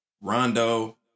Rondo